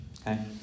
Okay